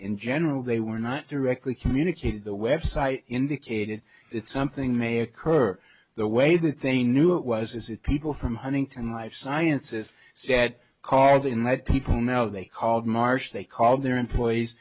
in general they were not directly communicated the website indicated something may occur the way that they knew it was is it people from huntington life sciences said called in let people know they called marsh they called their employees